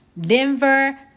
Denver